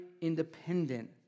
independent